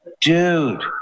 Dude